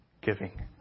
giving